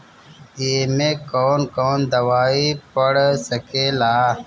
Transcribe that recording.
ए में कौन कौन दवाई पढ़ सके ला?